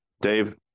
Dave